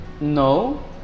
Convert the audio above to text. No